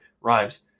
Rhymes